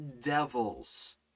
devils